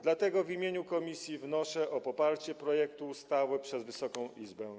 Dlatego w imieniu komisji wnoszę o poparcie projektu ustawy przez Wysoką Izbę.